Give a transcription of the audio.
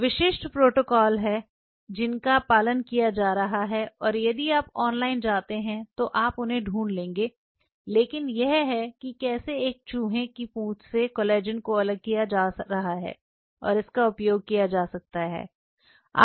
विशिष्ट प्रोटोकॉल हैं जिनका पालन किया जा रहा है और यदि आप ऑनलाइन जाते हैं तो आप उन्हें ढूंढ लेंगे लेकिन यह है कि कैसे एक चूहे की पूंछ से कोलेजन को अलग किया जा रहा है और इसका उपयोग किया जा सकता है